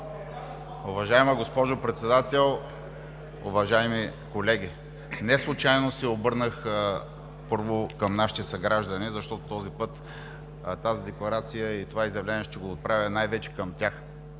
уважаема госпожо Председател, уважаеми колеги! Неслучайно се обърнах първо към нашите съграждани – този път тази декларация и това изявление ще го отправя най-вече към тях,